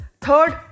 Third